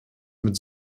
mit